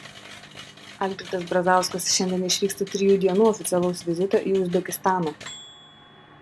algirdas brazauskas šiandien išvyksta trijų dienų oficialaus vizito į uzbekistaną